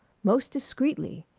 most discreetly!